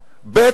ב.